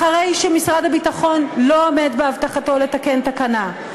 אחרי שמשרד הביטחון לא עומד בהבטחתו לתקן תקנה,